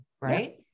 right